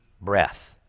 breath